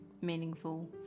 meaningful